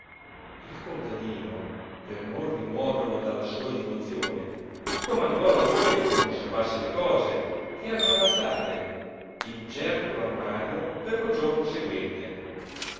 il contadino per non rimuoverlo dalla sua divozione comandò alla moglie che conservasse le cose che erano avanzate in certo armario per lo giorno seguente